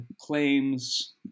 claims